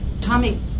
Tommy